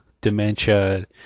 dementia